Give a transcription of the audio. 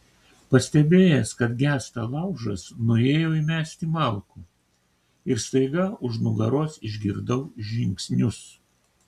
pastebėjęs kad gęsta laužas nuėjau įmesti malkų ir staiga už nugaros išgirdau žingsnius